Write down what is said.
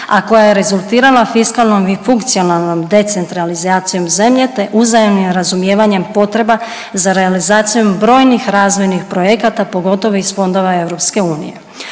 a koja je rezultirala fiskalnom i funkcionalnom decentralizacijom zemlje, te uzajamnim razumijevanjem potreba za realizacijom brojnih razvojnih projekata pogotovo iz fondova EU.